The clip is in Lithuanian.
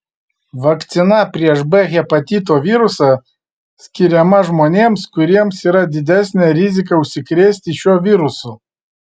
vakcina prieš b hepatito virusą skiriama žmonėms kuriems yra didesnė rizika užsikrėsti šiuo virusu